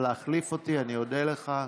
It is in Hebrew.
זכויות בהליך פלילי,